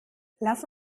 lass